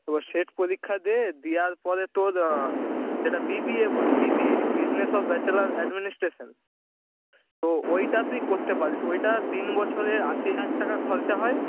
তো সেট পরীক্ষা দে দেওয়ার পরে তোর এটা বি বি এ বলে B B A business of bachelor administration তো ওইটা তুই করতে পারিস ওইটা তিন বছরে আশি হাজার টাকা খরচা হয়